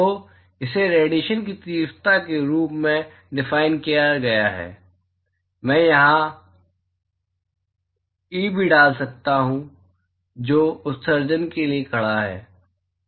तो इसे रेडिएशन की तीव्रता के रूप में डिफाइन किया गया है मैं यहां ई भी डाल सकता हूं जो उत्सर्जन के लिए खड़ा है